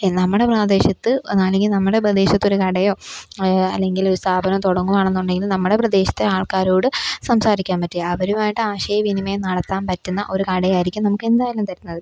നമ്മുടെ പ്രദേശത്ത് അല്ലെങ്കിൽ നമ്മുടെ പ്രദേശത്തൊരു കടയോ അല്ല അല്ലെങ്കിൽ ഒരു സ്ഥാപനം തുടങ്ങുകയാണെന്നുണ്ടെങ്കിൽ നമ്മുടെ പ്രദേശത്തെ ആള്ക്കാരോട് സംസാരിക്കാന് പറ്റിയ അവരുമായിട്ട് ആശയവിനിമയം നടത്താന് പറ്റുന്ന ഒരു കടയായിരിക്കും നമുക്ക് എന്തായാലും തരുന്നത്